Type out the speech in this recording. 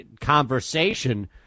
conversation